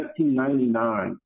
1999